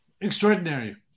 Extraordinary